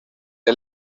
the